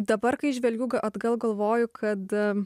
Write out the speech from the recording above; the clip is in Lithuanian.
dabar kai žvelgiu g atgal galvoju kad